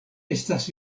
estas